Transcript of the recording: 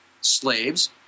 slaves